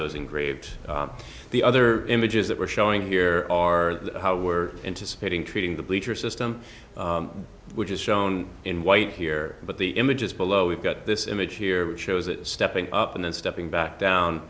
those engraved the other images that we're showing here are how we're into speeding treating the bleacher system which is shown in white here but the image is below we've got this image here which shows it stepping up and then stepping back down